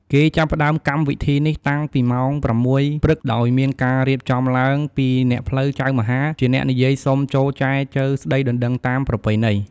គេចាប់ផ្តើមកម្មវិធីនេះតាំងពីម៉ោងប្រាំមួយព្រឹក ដោយមានការរៀបចំឡើងពីអ្នកផ្លូវចៅមហាជាអ្នកនិយាយសុំចូលចែចូវស្តីដណ្តឹងតាមប្រពៃណី។